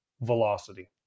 Velocity